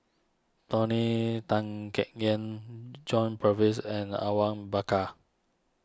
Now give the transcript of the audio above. Tony Tan Keng Yam John Purvis and Awang Bakar